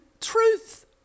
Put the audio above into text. truth